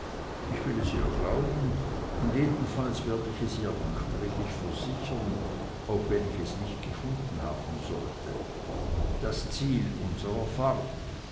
ich will es ihr glauben und jedenfalls werd ich es ihr nachträglich versichern auch wenn ich es nicht gefunden haben sollte das ziel unsrer fahrt